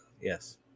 Yes